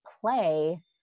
play